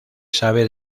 sabe